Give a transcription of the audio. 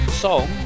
Song